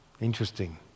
Interesting